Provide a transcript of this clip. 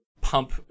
pump